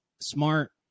smart